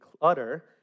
clutter